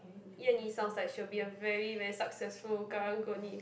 Yan-Nee sounds like she will be a very very successful karung-guni